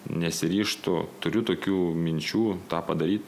nesiryžtu turiu tokių minčių tą padaryt